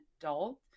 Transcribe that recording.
adult